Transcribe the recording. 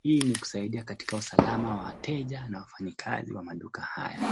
Hii ni kusaidia katika alama ya wateja na wafanyikazi wa maduka haya.